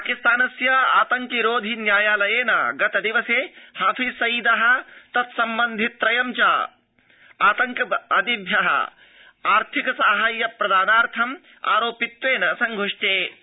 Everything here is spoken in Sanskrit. पाकिस्तानस्य आतंक रोधि न्यायालयेन गतदिवसे हाफिज सईद तत्सम्बन्धि त्रयं च आतंकवादिभ्य आर्थिक साहाय्य प्रदानार्थम अरोपित्वेन संघृष्टे